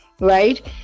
right